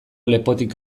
lepotik